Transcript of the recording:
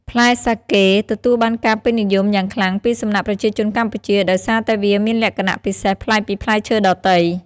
ផ្លែសាកេទទួលបានការពេញនិយមយ៉ាងខ្លាំងពីសំណាក់ប្រជាជនកម្ពុជាដោយសារតែវាមានលក្ខណៈពិសេសប្លែកពីផ្លែឈើដទៃ។